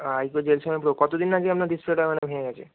I Q Z seven pro কতো দিন আগে আপনার ডিসপ্লেটা মানে ভেঙে গেছে